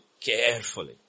carefully